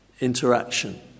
interaction